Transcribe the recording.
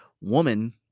woman